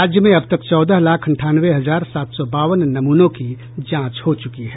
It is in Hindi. राज्य में अब तक चौदह लाख अंठानवे हजार सात सौ बावन नमूनों की जांच हो चुकी है